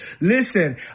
Listen